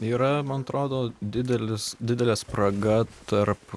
yra man atrodo didelis didelė spraga tarp